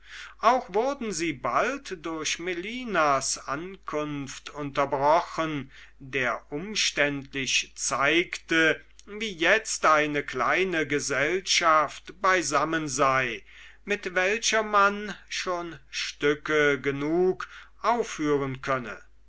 auch wurden sie bald durch melinas ankunft unterbrochen der umständlich zeigte wie jetzt eine kleine gesellschaft beisammen sei mit welcher man schon stücke genug aufführen könne